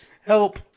Help